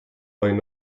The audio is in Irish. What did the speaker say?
beidh